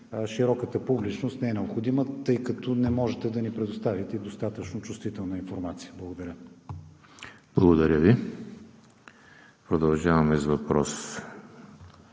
широката публичност не е необходима, тъй като не можете да ни предоставите и достатъчно чувствителна информация. Благодаря. ПРЕДСЕДАТЕЛ ЕМИЛ ХРИСТОВ: Благодаря Ви. Продължаваме с въпрос